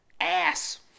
ass